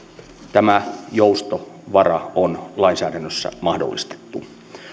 tämä joustovara on lainsäädännössä mahdollistettu